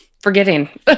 forgetting